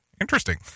interesting